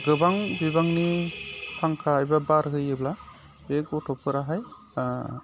गोबां बिबांनि फांखा एबा बार होयोब्ला बे गथ'फोराहाय